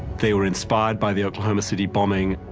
they were inspired by the oklahoma city bombing,